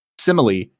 Simile